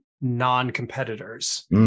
non-competitors